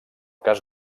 cas